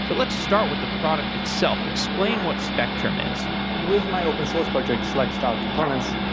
so let's start with the product itself. explain what spectrum is with my open source projects like styled components,